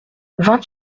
vingt